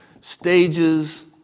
stages